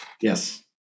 Yes